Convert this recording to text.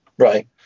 Right